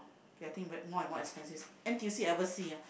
getting very more and more expensive N_T_U_C ever see ah